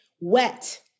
wet